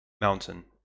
Mountain